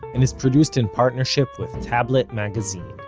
and is produced in partnership with tablet magazine